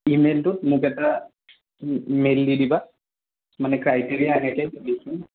ই মেইলটো মোক এটা মেইল দি দিবা মানে ক্ৰাইটেৰিয়া